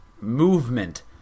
movement